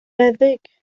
feddyg